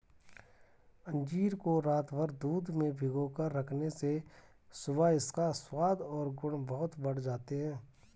अंजीर को रातभर दूध में भिगोकर रखने से सुबह इसका स्वाद और गुण बहुत बढ़ जाते हैं